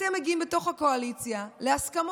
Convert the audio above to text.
אתם מגיעים בתוך הקואליציה להסכמות,